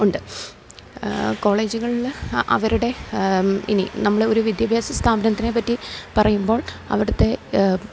ഉണ്ട് കോളേജുകളില് അവരുടെ ഇനി നമ്മള് ഒരു വിദ്യാഭ്യാസ സ്ഥാപനത്തിനെപ്പറ്റി പറയുമ്പോൾ അവിടുത്തെ